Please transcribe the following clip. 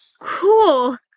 Cool